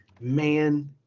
man